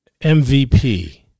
MVP